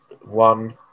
one